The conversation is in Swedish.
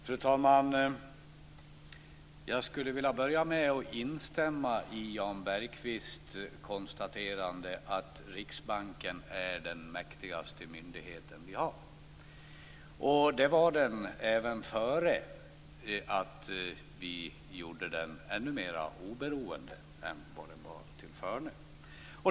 Fru talman! Jag skulle vilja börja med att instämma i Jan Bergqvists konstaterande att Riksbanken är den mäktigaste myndighet som vi har. Och det var den även innan vi gjorde den ännu mer oberoende än vad den var tillförne.